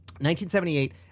1978